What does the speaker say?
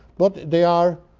but they are,